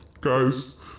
Guys